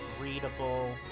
readable